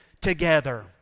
together